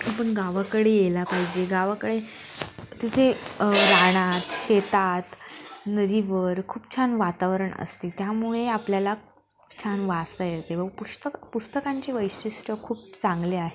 आपण गावाकडे यायला पाहिजे गावाकडे तिथे रानात शेतात नदीवर खूप छान वातावरण असते त्यामुळे आपल्याला छान वाचता येते व पुस्तक पुस्तकांचे वैशिष्ट्य खूप चांगले आहे